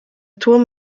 turm